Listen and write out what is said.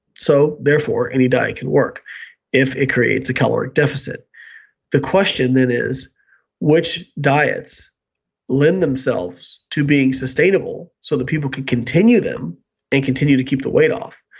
so therefore any diet can work if it creates a caloric deficit the question then is which diets lend themselves to being sustainable so that people can continue them and continue to keep the weight off?